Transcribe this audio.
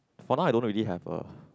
for now I don't really have a